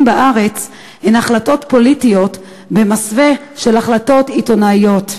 בארץ הן החלטות פוליטיות במסווה של החלטות עיתונאיות.